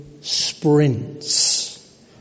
sprints